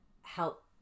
help